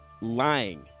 lying